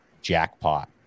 jackpot